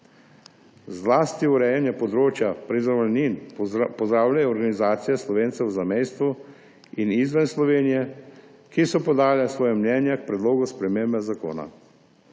Zlasti urejanje področja priznavalnin pozdravljajo organizacije Slovencev v zamejstvu in izven Slovenije, ki so podale svoje mnenje k predlogu spremembe zakona.